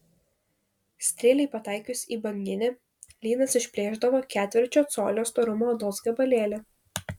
strėlei pataikius į banginį lynas išplėšdavo ketvirčio colio storumo odos gabalėlį